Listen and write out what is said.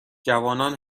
جوانان